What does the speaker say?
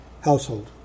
household